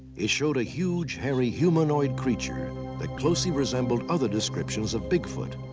it showed a huge hairy humanoid creature that closely resembled other descriptions of bigfoot.